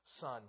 son